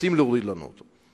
שמנסים להוריד לנו אותו.